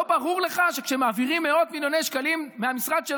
לא ברור לך שכשמעבירים מאות מיליוני שקלים מהמשרד של